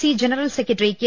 C general secretary K